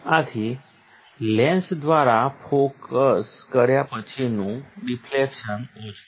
આથી લેન્સ દ્વારા ફોકસ કર્યા પછીનું ડિફ્લેક્શન ઓછું છે